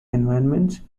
environments